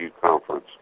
conference